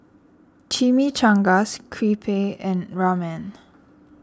Chimichangas Crepe and Ramen